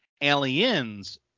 Aliens